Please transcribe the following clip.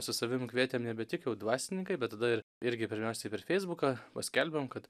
su savim kvietėm nebe tik jau dvasininkai bet tada ir irgi pirmiausiai per feisbuką paskelbėm kad